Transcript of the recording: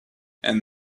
and